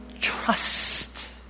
trust